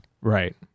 Right